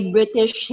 British